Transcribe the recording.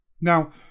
Now